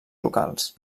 locals